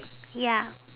ya